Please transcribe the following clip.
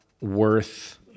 worth